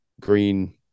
green